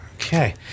okay